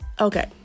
Okay